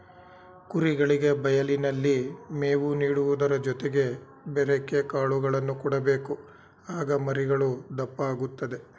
ಕುರಿಗಳಿಗೆ ಬಯಲಿನಲ್ಲಿ ಮೇವು ನೀಡುವುದರ ಜೊತೆಗೆ ಬೆರೆಕೆ ಕಾಳುಗಳನ್ನು ಕೊಡಬೇಕು ಆಗ ಮರಿಗಳು ದಪ್ಪ ಆಗುತ್ತದೆ